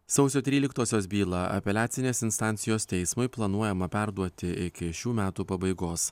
sausio tryliktososios bylą apeliacinės instancijos teismui planuojama perduoti iki šių metų pabaigos